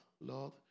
Lord